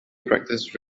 practice